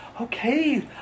okay